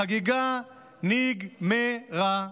החגיגה נגמרה.